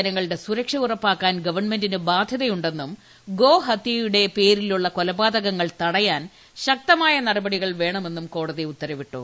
ജനങ്ങളുടെ ഉറപ്പാക്കാൻ ഗവൺമെന്റിന് ബാധ്യതയുണ്ടെന്നും സുരക്ഷ ഗോഹത്യയുടെ പേരിലുള്ള കൊലപാതകങ്ങൾ തടയാൻ ശക്തമായ നടപടികൾ വേണമെന്നും കോടതി ഉത്തരവിട്ടു